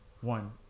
one